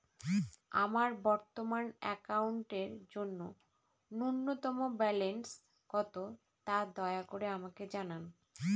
আমার বর্তমান অ্যাকাউন্টের জন্য ন্যূনতম ব্যালেন্স কত, তা দয়া করে আমাকে জানান